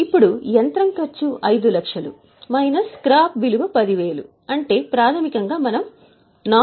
ఇప్పుడు యంత్రం ఖర్చు 5 లక్షలు మైనస్ స్క్రాప్ విలువ 10000 అంటే ప్రాథమికంగా మనం రూ